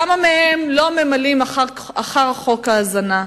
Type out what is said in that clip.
כמה מהם לא ממלאים אחר חוק ההזנה?